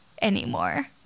anymore